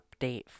update